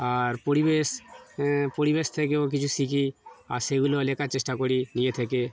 আর পরিবেশ পরিবেশ থেকেও কিছু শিখি আর সেগুলোও লেখার চেষ্টা করি নিয়ে থেকে